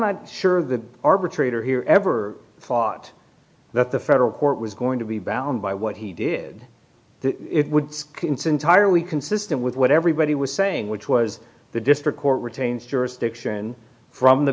not sure the arbitrator here ever thought that the federal court was going to be bound by what he did it would skin sin tire we consistent with what everybody was saying which was the district court retains jurisdiction from the